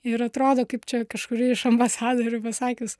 ir atrodo kaip čia kažkuri iš ambasadorių pasakius